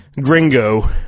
Gringo